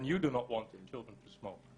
וגם אתם לא רוצים שילדים יעשנו.